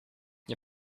nie